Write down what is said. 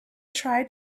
tried